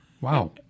wow